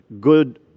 good